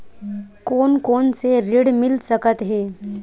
कोन कोन से ऋण मिल सकत हे?